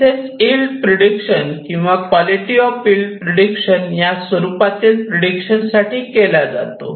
तसेच yield prediction किंवा quality of yield prediction या स्वरूपातील प्रिडक्शन साठी केला जातो